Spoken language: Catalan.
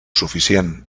suficient